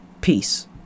Peace